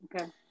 Okay